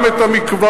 וגם את המקוואות?